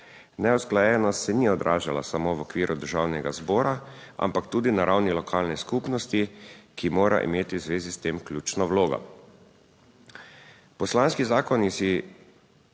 Neusklajenost se ni odražala samo v okviru Državnega zbora, ampak tudi na ravni lokalne skupnosti, ki mora imeti v zvezi s tem ključno vlogo. Poslanski zakoni si